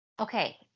Okay